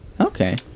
Okay